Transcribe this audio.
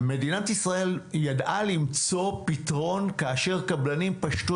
מדינת ישראל ידעה למצוא פתרון כאשר קבלנים פשטו